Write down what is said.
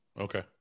Okay